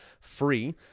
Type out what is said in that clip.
free